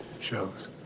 shows